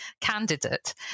candidate